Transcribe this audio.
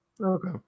Okay